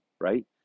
right